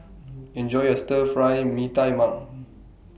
Enjoy your Stir Fry Mee Tai Mak